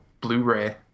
blu-ray